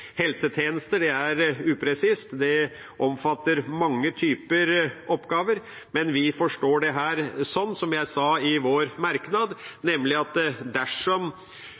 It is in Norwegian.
tjenestene.» «Helsetjenester» er upresist; det omfatter mange typer oppgaver. Men vi forstår det sånn som jeg sa i vår merknad, nemlig at dersom